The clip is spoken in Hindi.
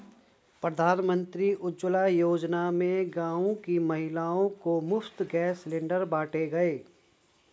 प्रधानमंत्री उज्जवला योजना में गांव की महिलाओं को मुफ्त गैस सिलेंडर बांटे गए